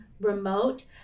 remote